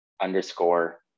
underscore